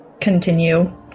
continue